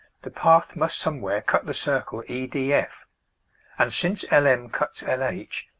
the path must somewhere cut the circle e d f and since l m cuts l h,